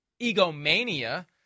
egomania